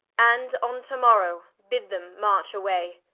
and on to morrow bid them march away.